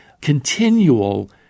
continual